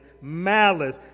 malice